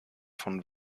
von